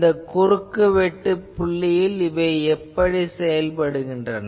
இந்த குறுக்கு வெட்டுப் புள்ளியில் இவை எப்படி செயல்படுகின்றன